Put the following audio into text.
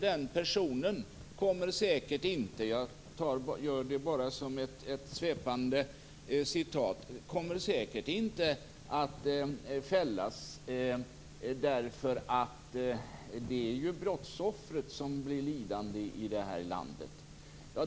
Man säger: Den och den personen kommer säkert inte att fällas därför att det är ju brottsoffret som blir lidande i det här landet.